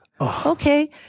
Okay